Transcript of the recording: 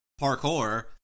parkour